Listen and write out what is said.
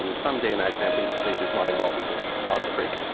um some dna sampling procedures might involve a little blood prick,